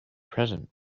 present